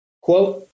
quote